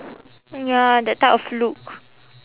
ya that type of look